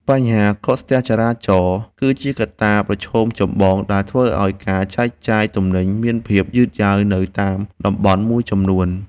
បញ្ហាកកស្ទះចរាចរណ៍ គឺជាកត្តាប្រឈមចម្បងដែលធ្វើឱ្យការចែកចាយទំនិញមានការយឺតយ៉ាវនៅតាមតំបន់មួយចំនួន។